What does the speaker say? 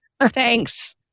Thanks